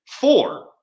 Four